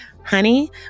Honey